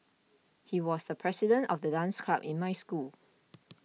he was the president of the dance club in my school